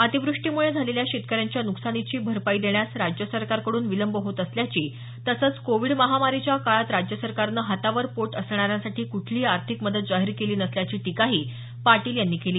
अतिवृष्टीमुळे झालेल्या शेतकऱ्यांच्या न्कसानीची भरपाई देण्यास राज्य सरकारकडून विलंब होत असल्याची तसंच कोविड महामारीच्या काळात राज्य सरकारनं हातावर पोट असणाऱ्यांसाठी कुठलीही आर्थिक मदत जाहीर केली नसल्याची टीकाही पाटील यांनी केली